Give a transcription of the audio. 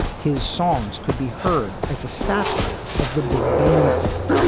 his songs could be heard as a satire of the big band era,